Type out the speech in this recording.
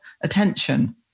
attention